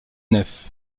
nef